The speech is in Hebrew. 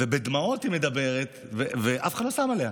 בדמעות היא מדברת, ואף אחד לא שם עליה.